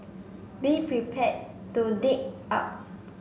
be prepare to dig out